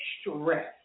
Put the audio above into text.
stress